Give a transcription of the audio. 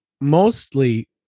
mostly